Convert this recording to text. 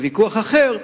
זה ויכוח אחר,